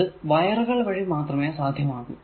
അത് വയറുകൾ വഴിമാത്രമേ സാധ്യമാകൂ